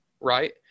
right